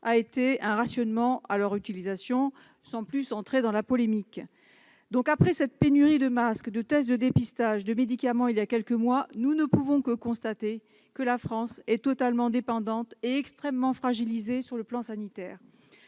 a été un rationnement de leur utilisation, sans entrer plus avant dans la polémique. Après cette pénurie de masques, de tests de dépistage, de médicaments il y a quelques mois, nous ne pouvons que constater que la France est totalement dépendante et extrêmement fragilisée sur le plan sanitaire.